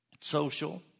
social